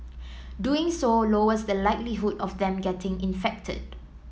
doing so lowers the likelihood of them getting infected